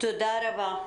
תודה רבה.